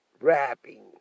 rapping